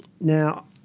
Now